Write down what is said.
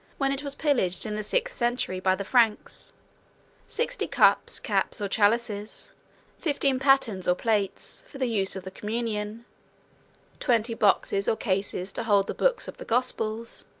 when it was pillaged, in the sixth century, by the franks sixty cups, caps, or chalices fifteen patens, or plates, for the use of the communion twenty boxes, or cases, to hold the books of the gospels